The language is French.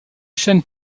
chaine